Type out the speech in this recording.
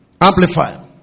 Amplifier